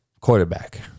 quarterback